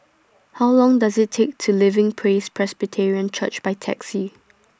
How Long Does IT Take to Living Praise Presbyterian Church By Taxi